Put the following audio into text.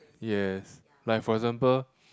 yes like for example